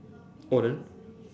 oh then